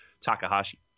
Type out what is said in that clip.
Takahashi